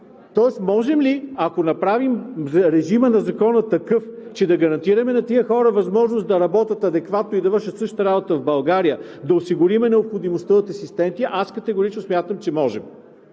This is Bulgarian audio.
там. Можем ли, ако направим режима на Закона такъв, че да гарантираме на тези хора възможност да работят адекватно и да вършат същата работа в България, да осигурим необходимостта от асистенти? Аз категорично смятам, че можем.